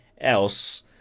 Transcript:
else